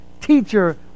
teacher